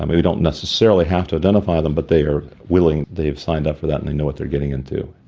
and we we don't necessarily have to identify them, but they are willing, they have signed up for that and they know what they're getting into.